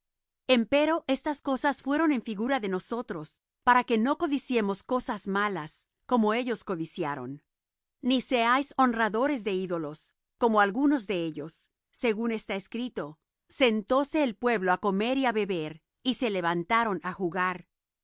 en el desierto empero estas cosas fueron en figura de nosotros para que no codiciemos cosas malas como ellos codiciaron ni seáis honradores de ídolos como algunos de ellos según está escrito sentóse el pueblo á comer y á beber y se levantaron á jugar